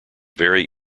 very